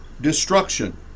destruction